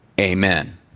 Amen